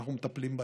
ואנחנו מטפלים בהם.